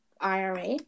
IRA